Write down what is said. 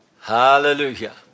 Hallelujah